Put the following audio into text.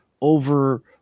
over